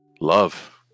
Love